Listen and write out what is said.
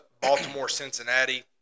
Baltimore-Cincinnati